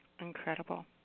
Incredible